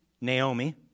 Naomi